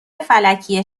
فلکی